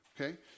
Okay